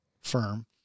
firm